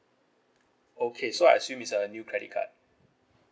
okay so I assume is a new credit card